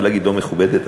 ולהגיד: לא מכובדת,